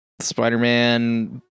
Spider-Man